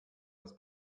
das